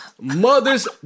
Mother's